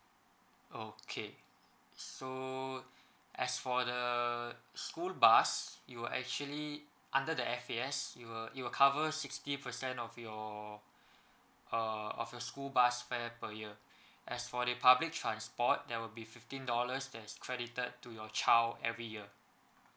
okay so as for the school bus it will actually under the F_A_S it will it will cover sixty percent of your uh of your school bus fare per year as for the public transport there will be fifteen dollars that's credited to your child every year